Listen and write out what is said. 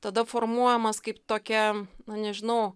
tada formuojamas kaip tokia nu nežinau